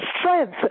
strength